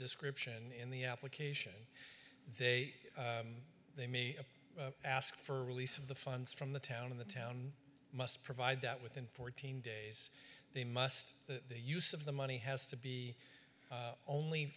description in the application they they may apply ask for release of the funds from the town in the town must provide that within fourteen days they must the use of the money has to be only